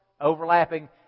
Overlapping